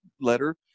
letter